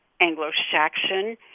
Anglo-Saxon